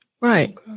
Right